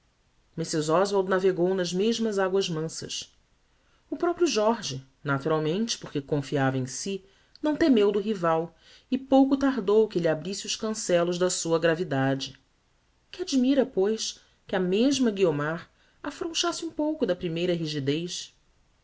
graça mrs oswald navegou nas mesmas aguas mansas o proprio jorge naturalmente por que confiava em si não temeu do rival e pouco tardou que lhe abrisse os cancellos da sua gravidade que admira pois que a mesma guiomar afrouxasse um pouco da primeira rigidez